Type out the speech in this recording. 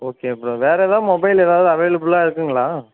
okay bro வேறு ஏதாவது mobile ஏதாவது அவைலபுளாக இருக்குங்களா